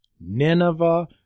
Nineveh